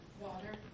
water